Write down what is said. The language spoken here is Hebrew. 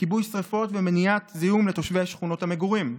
לכיבוי שרפות ומניעת זיהום לתושבי שכונות המגורים?